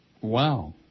Wow